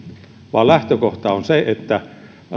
vaan lähtökohta on se että